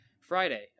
Friday